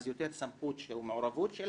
אז יותר סמכות ומעורבות של